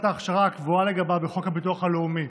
האכשרה הקבועה לגביו בחוק הביטוח הלאומי,